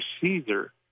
Caesar